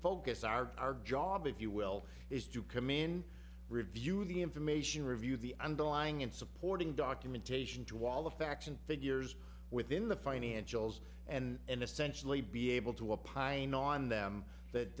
focus our job if you will is to come in review the information review the underlying in supporting documentation to all the facts and figures within the financials and essentially be able to a pine on them that